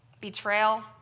betrayal